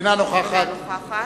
אינה נוכחת אינה נוכחת.